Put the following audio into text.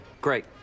great